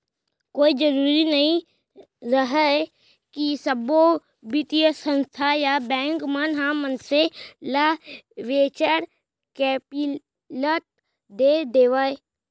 कोई जरुरी नइ रहय के सब्बो बित्तीय संस्था या बेंक मन ह मनसे ल वेंचर कैपिलट दे देवय